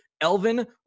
Elvin